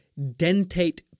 dentate